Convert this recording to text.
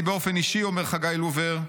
אני באופן אישי", אומר חגי לובר,